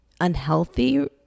unhealthy